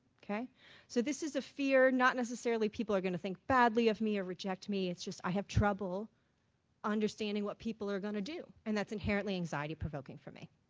so this is a fear not necessarily people are going to think badly of me or reject me, it's just i have trouble understanding what people are going to do. and that's inherently anxiety-provoking for me.